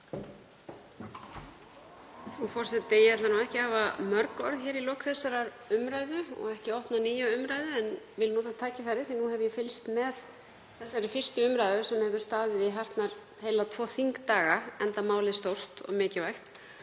Frú forseti. Ég ætla ekki að hafa mörg orð hér í lok þessarar umræðu og ekki opna nýja umræðu en vil nota tækifærið því að nú hef ég fylgst með 1. umr. sem hefur staðið í hartnær heila tvo þingdaga, enda málið stórt og mikilvægt,